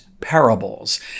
parables